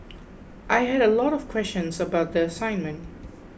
I had a lot of questions about the assignment